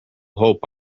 hope